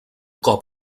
cop